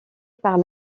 par